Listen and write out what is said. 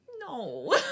No